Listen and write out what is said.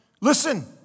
listen